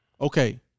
okay